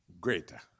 greater